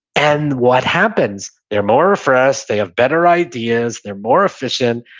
and what happens? they're more refreshed. they have better ideas. they're more efficient,